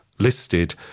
Listed